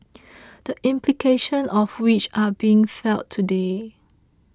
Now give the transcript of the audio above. the implications of which are being felt today